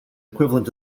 equivalent